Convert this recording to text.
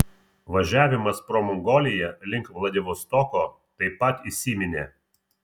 važiavimas pro mongoliją link vladivostoko taip pat įsiminė